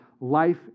life